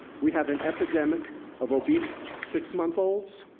we have an epidemic of obese six month olds.